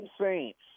Saints